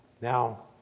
Now